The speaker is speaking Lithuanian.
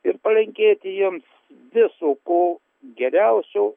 ir palinkėti jiems viso ko geriausio